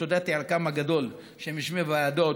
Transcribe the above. ואתה יודע את ערכם הגדול: הם יושבים בוועדות